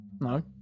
No